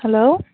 hello